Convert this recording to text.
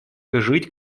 жить